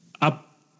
up